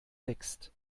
wächst